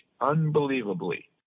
unbelievably